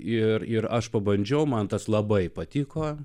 ir ir aš pabandžiau man tas labai patiko